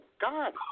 God